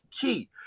key